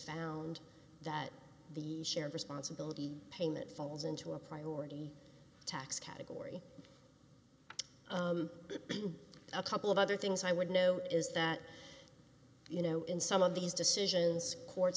found that the share of responsibility paying that falls into a priority tax category a couple of other things i would know is that you know in some of these decisions courts